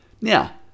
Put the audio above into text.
Now